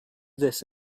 this